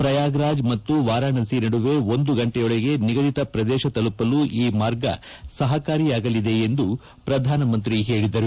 ಪ್ರಯಾಗ್ರಾಜ್ ಮತ್ತು ವಾರಾಣಸಿ ನಡುವೆ ಒಂದು ಗಂಟೆಯೊಳಗೆ ನಿಗದಿತ ಪ್ರದೇಶ ತಲುಪಲು ಈ ಮಾರ್ಗ ಸಹಕಾರಿಯಾಗಲಿದೆ ಎಂದು ಪ್ರಧಾನಮಂತ್ರಿ ಹೇಳಿದರು